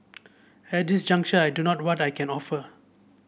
at this juncture I do not what I can offer